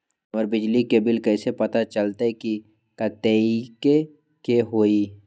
हमर बिजली के बिल कैसे पता चलतै की कतेइक के होई?